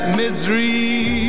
misery